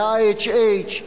ה-IHH,